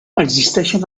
existeixen